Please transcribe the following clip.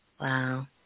Wow